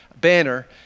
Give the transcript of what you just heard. banner